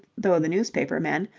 though the newspaper men,